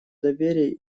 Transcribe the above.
доверия